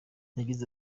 yagize